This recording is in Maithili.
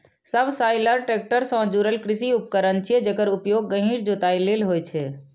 सबसॉइलर टैक्टर सं जुड़ल कृषि उपकरण छियै, जेकर उपयोग गहींर जोताइ लेल होइ छै